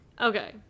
Okay